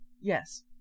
Yes